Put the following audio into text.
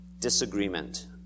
disagreement